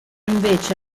invece